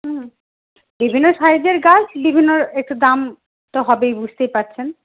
হুম বিভিন্ন সাইজের গাছ বিভিন্ন একটু দাম তো হবেই বুঝতেই পারছেন